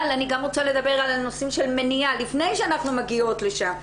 אבל אני גם רוצה לדבר על נושאים של מניעה לפני שאנחנו מגיעות לשם.